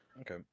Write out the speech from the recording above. Okay